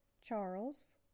Charles